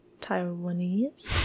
Taiwanese